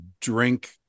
drink